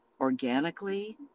organically